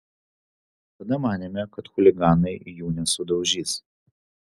tada manėme kad chuliganai jų nesudaužys